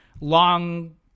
long